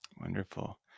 Wonderful